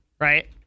right